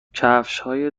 کفشهای